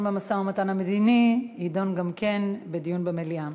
במשא-ומתן המדיני תידון גם כן בדיון במליאה.